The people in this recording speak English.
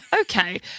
okay